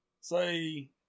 say